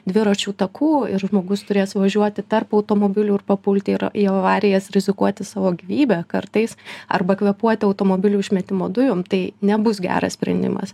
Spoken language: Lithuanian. dviračių takų ir žmogus turės važiuoti tarp automobilių ir papulti ir į avarijas rizikuoti savo gyvybe kartais arba kvėpuoti automobilių išmetimo dujom tai nebus geras sprendimas